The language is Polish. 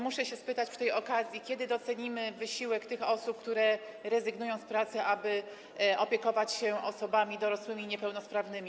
Muszę spytać przy tej okazji, kiedy docenimy wysiłek tych osób, które rezygnują z pracy, aby opiekować się dorosłymi osobami niepełnosprawnymi.